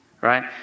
right